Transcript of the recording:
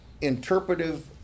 interpretive